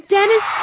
Dennis